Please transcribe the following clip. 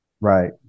right